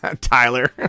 Tyler